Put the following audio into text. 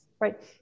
right